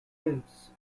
films